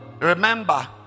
remember